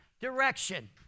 direction